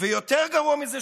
ויותר גרוע מזה,